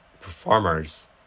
performers